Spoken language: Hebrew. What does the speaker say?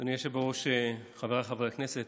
אדוני היושב-ראש, חבריי חברי הכנסת,